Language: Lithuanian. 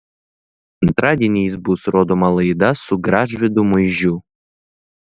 antradieniais bus rodoma laida su gražvydu muižiu